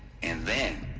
and then.